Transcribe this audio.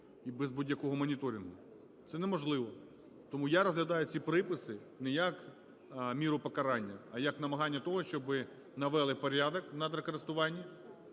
і без будь-якого моніторингу? Це неможливо. Тому я розглядаю ці приписи не як міру покарання, а як намагання того, щоб навели порядок у надрокористуванні,